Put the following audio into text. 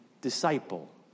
disciple